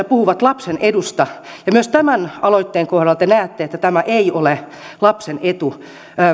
puhuvat lapsen edusta ja myös tämän aloitteen kohdalla te näette että tämä ei ole lapsen etu